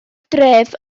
dref